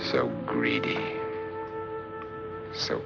so greedy so